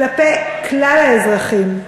כלפי כלל האזרחים.